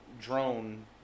drone